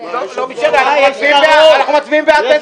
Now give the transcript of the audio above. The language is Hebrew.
אנחנו מצביעים בעד.